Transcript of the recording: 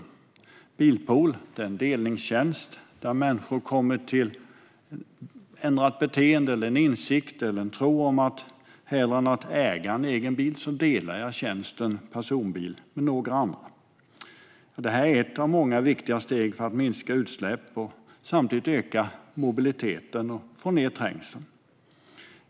En bilpool är en delningstjänst där människor kommer till ett ändrat beteende, en insikt eller en tro om att man hellre än att äga en egen bil delar tjänsten personbil med några andra. Det här är ett av många viktiga steg för att minska utsläppen och samtidigt öka mobiliteten och få ned trängseln.